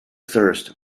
thirst